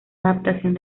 adaptación